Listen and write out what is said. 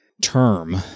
term